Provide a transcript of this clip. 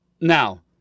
Now